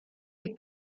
die